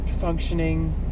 functioning